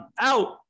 out